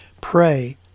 Pray